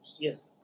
Yes